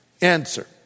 answer